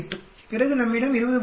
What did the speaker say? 8 பிறகு நம்மிடம் 20